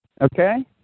Okay